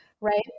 right